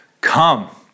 come